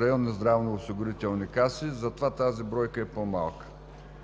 районни здравноосигурителни каси, затова тази бройка е по-малка.